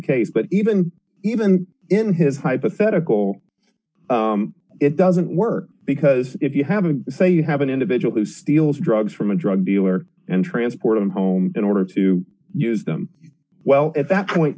case but even even in his hypothetical it doesn't work because if you have a say you have an individual who steals drugs from a drug dealer and transport him home in order to use them well at that point